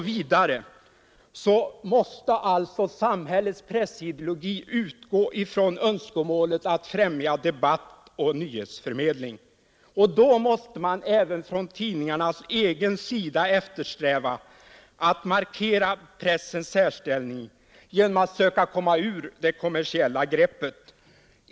Vidare kan sägas att samhällets pressideologi måste utgå från önskemålet att främja debatt och nyhetsförmedling. Då måste man även från tidningarnas egen sida eftersträva att markera pressens särställning genom att söka komma ur det kommersiella greppet.